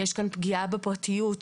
יש כאן פגיעה בפרטיות.